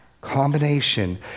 combination